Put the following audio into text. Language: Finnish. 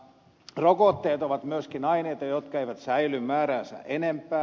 rokotteet ovat myöskin aineita jotka eivät säily määräänsä enempää